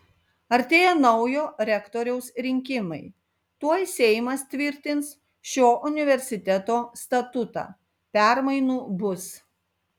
artėja naujo rektoriaus rinkimai tuoj seimas tvirtins šio universiteto statutą permainų bus